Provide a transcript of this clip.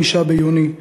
5 ביוני,